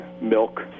milk